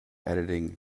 editing